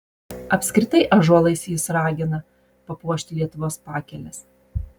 apskritai ąžuolais jis ragina papuošti lietuvos pakeles